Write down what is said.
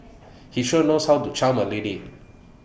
he sure knows how to charm A lady